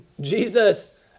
Jesus